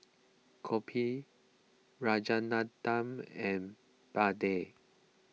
Copy Rajaratnam and Mahade